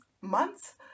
months